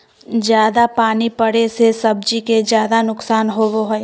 जयादा पानी पड़े से सब्जी के ज्यादा नुकसान होबो हइ